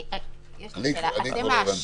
אני כבר לא הבנתי.